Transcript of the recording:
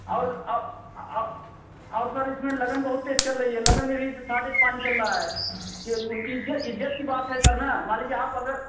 और और सर इसमें लगन बहुत तेज चल रही है लगन में भी स सारटेज पानी चल रहा है उनकी इज्ज इज़्ज़त की बात है सर न मान लिजीए आप अगर